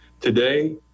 today